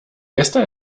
gäste